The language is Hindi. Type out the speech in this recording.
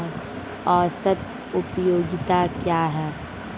औसत उपयोगिता क्या है?